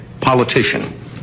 politician